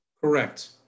Correct